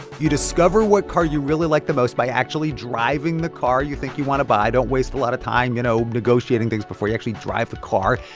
you discover what car you really like the most by actually driving the car you think you want to buy. don't waste a lot of time, you know, negotiating things before you actually drive the car.